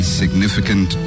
significant